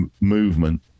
movement